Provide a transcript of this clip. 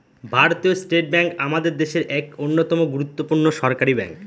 ভারতীয় state bank আমাদের দেশের এক অন্যতম গুরুত্বপূর্ণ সরকারি ব্যাঙ্ক